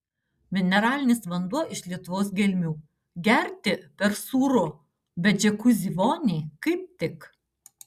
mineralinis vanduo iš lietuvos gelmių gerti per sūru bet džiakuzi voniai kaip tik